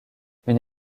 une